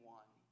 one